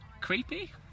Creepy